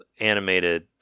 animated